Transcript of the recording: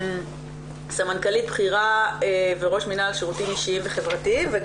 סמנכ"לית בכירה וראש מינהל שירותים אישיים וחברתיים במשרד